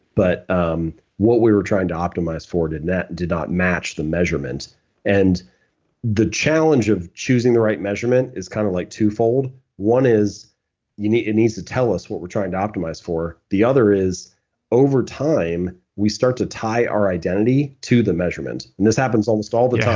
but um what we were trying to optimize for and that did not match the measurement and the challenge of choosing the right measurement is kind of like twofold one is you need need to tell us what we're trying to optimize for. the other is over time we start to tie our identity to the measurement. and this happens almost all the time,